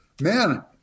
man